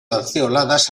lanceoladas